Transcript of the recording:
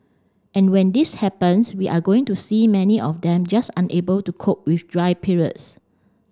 and when this happens we are going to see many of them just unable to cope with dry periods